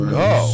go